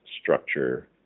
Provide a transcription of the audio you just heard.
structure